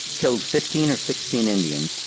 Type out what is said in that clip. killed fifteen or sixteen indians,